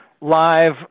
live